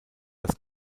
das